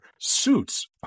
suits